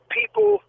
people